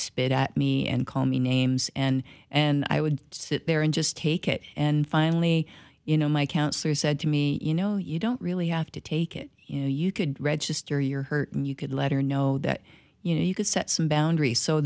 spit at me and call me names and and i would sit there and just take it and finally you know my counselor said to me you know you don't really have to take it you know you could register your hurt you could let her know that you know you could set some boundaries so